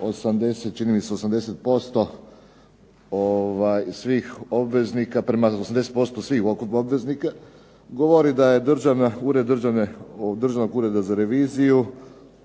80, čini mi se 80% svih obveznika, prema 80% svih obveznika govori da je ured Državnog ureda za reviziju